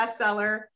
bestseller